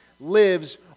lives